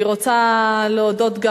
אני רוצה להודות גם